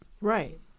Right